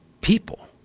people